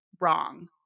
wrong